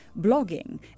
blogging